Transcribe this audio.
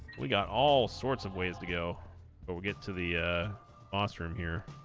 we got all sorts of ways to go but we'll get to the ostrom here